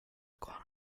iguana